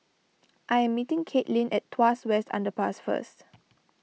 I am meeting Caitlynn at Tuas West Underpass first